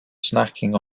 snacking